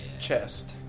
chest